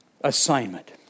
assignment